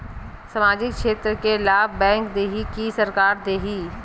सामाजिक क्षेत्र के लाभ बैंक देही कि सरकार देथे?